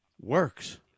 works